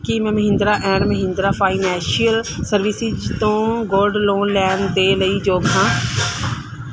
ਕੀ ਮੈਂ Mahindra and Mahindra financial services ਤੋਂ gold loan ਲੈਣ ਦੇ ਲਈ ਯੋਗ ਹਾਂ